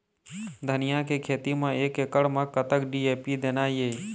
धनिया के खेती म एक एकड़ म कतक डी.ए.पी देना ये?